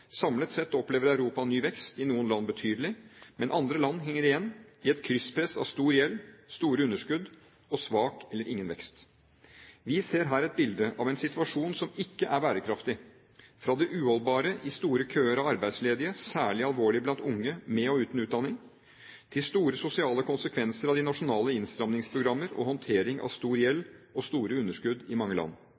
Samlet sett opplever Europa ny vekst, i noen land betydelig, men andre land henger igjen i et krysspress av stor gjeld, store underskudd og svak eller ingen vekst. Vi ser her et bilde av en situasjon som ikke er bærekraftig: fra det uholdbare i store køer av arbeidsledige, særlig alvorlig blant unge med og uten utdanning, til store sosiale konsekvenser av de nasjonale innstrammingsprogrammer og håndtering av stor gjeld og store underskudd i mange land.